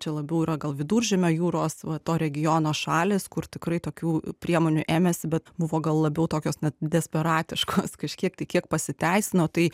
čia labiau yra gal viduržemio jūros va to regiono šalys kur tikrai tokių priemonių ėmėsi bet buvo gal labiau tokios desperatiškos kažkiek tai kiek pasiteisino tai